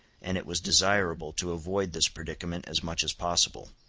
and it was desirable to avoid this predicament as much as possible.